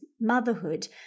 motherhood